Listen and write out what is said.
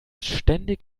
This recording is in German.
ständig